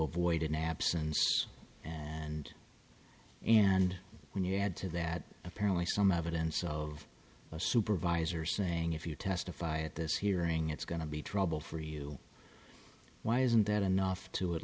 avoid an absence and and when you add to that apparently some evidence of a supervisor saying if you testify at this hearing it's going to be trouble for you why isn't that enough to at